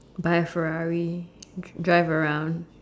buy Ferrari drive around